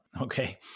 Okay